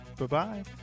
Bye-bye